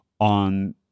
on